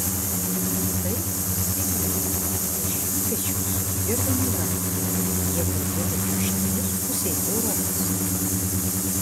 tai rimti vyrai už jų pečių solidi organizacija jie parduoda kiaušinėlius pusei europos